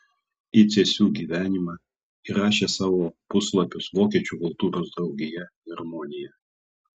į cėsių gyvenimą įrašė savo puslapius vokiečių kultūros draugija harmonija